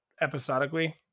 episodically